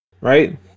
Right